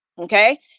okay